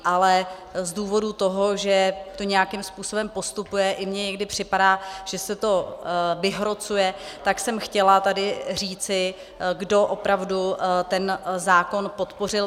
Ale z důvodu toho, že to nějakým způsobem postupuje, i mně někdy připadá, že se to vyhrocuje, tak jsem chtěla tady říci, kdo opravdu ten zákon podpořil.